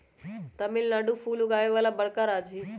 तमिलनाडु फूल उगावे वाला बड़का राज्य हई